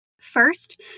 First